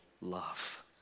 love